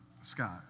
Scott